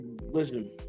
listen